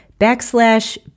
backslash